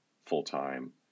full-time